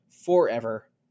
forever